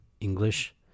English